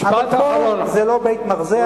אבל פה זה לא בית-מרזח,